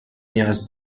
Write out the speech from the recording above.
نیاز